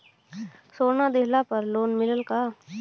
सोना दहिले पर लोन मिलल का?